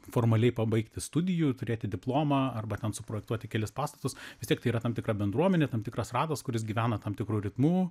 formaliai pabaigti studijų turėti diplomą arba ten suprojektuoti kelis pastatus vis tiek tai yra tam tikra bendruomenė tam tikras ratas kuris gyvena tam tikru ritmu